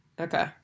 Okay